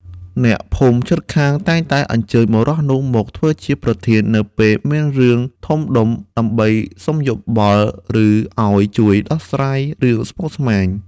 អ្នកភូមិជិតខាងតែងតែអញ្ជើញបុរសនោះមកធ្វើជាប្រធាននៅពេលមានរឿងធំដុំ ដើម្បីសុំយោបល់ ឬឲ្យជួយដោះស្រាយរឿងស្មុគស្មាញ។